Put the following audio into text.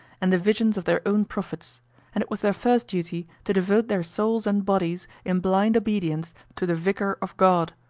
and the visions of their own prophets and it was their first duty to devote their souls and bodies in blind obedience to the vicar of god.